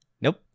Nope